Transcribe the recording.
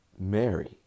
Mary